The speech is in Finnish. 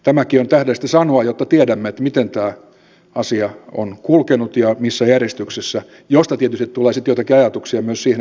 tämäkin on tähdellistä sanoa jotta tiedämme miten tämä asia on kulkenut ja missä järjestyksessä mistä tietysti tulee sitten joitakin ajatuksia myös siitä miksi näin tehdään